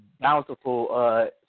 bountiful